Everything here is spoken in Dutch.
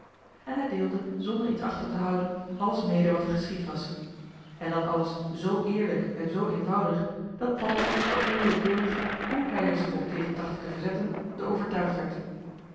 en hij deelde zonder iets achter te houden alles mede wat er geschied was en dat alles zoo eerlijk en zoo eenvoudig dat paddeltje er onwillekeurig hoe hij er zich ook tegen trachtte te verzetten door overtuigd werd